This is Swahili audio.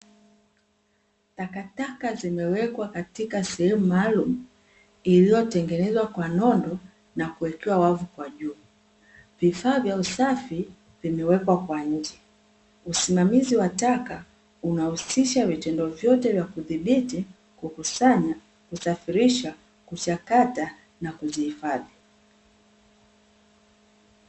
Takataka zimewekwa katika sehemu maalum iliyotengenezwa kwa nondo na kuwekewa wavu kwa juu, vifaa vya usafi vimewekwa kwa nje, usimamizi wa taka unahusisha vitendo vyote vya kudhibiti, kukusanya, kusafirisha, kuchakata na kuzihifadhi.